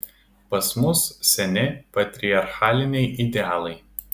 pas mus seni patriarchaliniai idealai